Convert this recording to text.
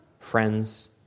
friends